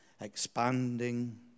expanding